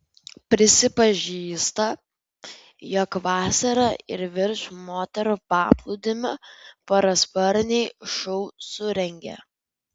prisipažįsta jog vasarą ir virš moterų paplūdimio parasparniai šou surengia